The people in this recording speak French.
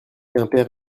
quimper